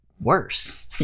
worse